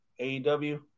AEW